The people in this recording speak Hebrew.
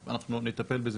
אנחנו נטפל בזה,